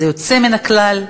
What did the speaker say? זה יוצא מן הכלל.